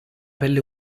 pelle